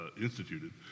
instituted